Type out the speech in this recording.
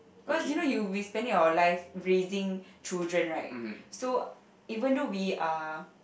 cause you know you we spending our life raising children right so even though we are